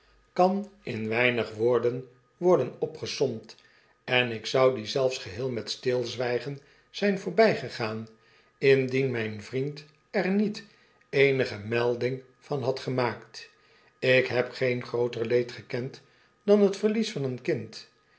kan in weinig woorden worden opgesomd en ik zou die zelfs geheel met stilzwygen zyn voorbygegaan indien myn vriend er met eenige melding van had gemaakt ik heb geen grooter leed gekend dan net verlies van een kind